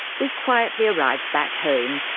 we quietly arrived back home,